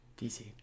DC